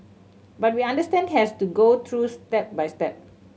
but we understand has to go through step by step